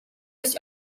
ich